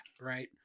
right